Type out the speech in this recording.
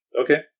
Okay